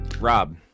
Rob